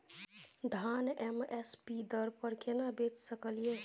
धान M S P दर पर केना बेच सकलियै?